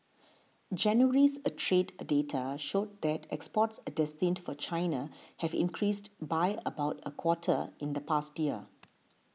January's trade data showed that exports destined for China have decreased by about a quarter in the past year